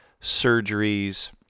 surgeries